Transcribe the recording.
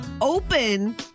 open